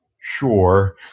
Sure